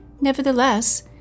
Nevertheless